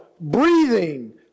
breathing